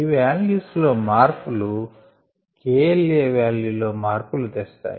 ఈ వాల్యూస్ లో మార్పులు kLaవాల్యూ లో మార్పులు తెస్తాయి